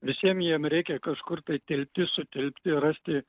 visiem jiem reikia kažkur tai tilpti sutilpti rasti